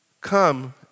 come